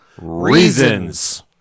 Reasons